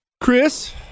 Chris